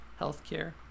healthcare